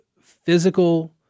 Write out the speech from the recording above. physical